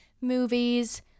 movies